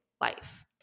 life